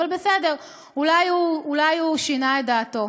אבל בסדר, אולי הוא שינה את דעתו.